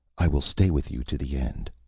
i will stay with you to the end.